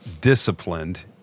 disciplined